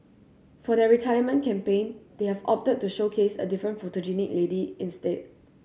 for their retirement campaign they have opted to showcase a different photogenic lady instead